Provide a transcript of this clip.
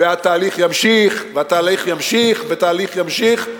והתהליך יימשך, והתהליך יימשך, והתהליך יימשך.